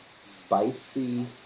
spicy